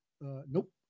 nope